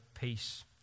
peace